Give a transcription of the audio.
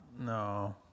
No